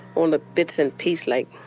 all the bits and pieces like